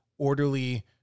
orderly